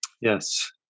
Yes